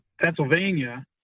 pennsylvania